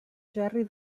gerri